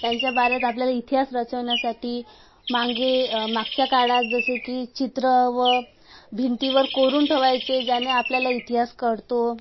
त्यांच्या पारेत आपल्याला इतिहास रचण्यासाठी मागे मागच्या काळात जसे की चित्र व भिंतीवर कोरून ठवायचे ज्याने आपल्याला इतिहास कळतो